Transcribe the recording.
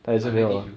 I never give you